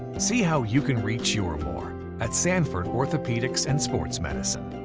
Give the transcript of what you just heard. see how you can reach your more at sanford orthopedics and sports medicine.